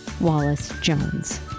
Wallace-Jones